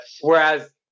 Whereas